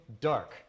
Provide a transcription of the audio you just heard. dark